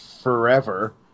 forever